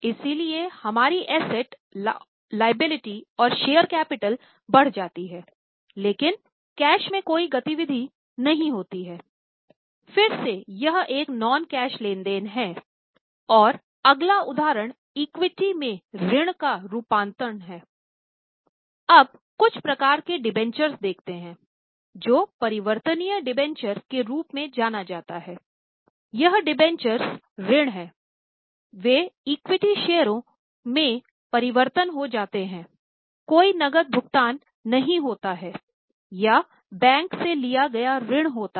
इसलिए हमारी asset liability और शेयर कैपिटल बढ़ जाती है लेकिन कैश की कोई गति नहीं होती है फिर से यह एक नॉन कैश लेन देन है और अगला उदाहरण इक्विटी में ऋण का रुपांतरण है